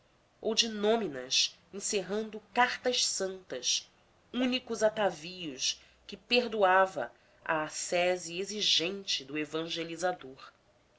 ou de nôminas encerrando cartas santas únicos atavios que perdoava a ascese exigente do evangelizador